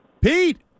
Pete